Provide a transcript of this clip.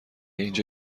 اینجا